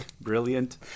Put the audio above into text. Brilliant